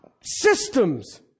systems